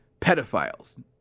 pedophiles